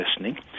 listening